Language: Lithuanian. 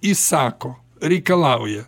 įsako reikalauja